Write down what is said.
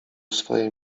swoje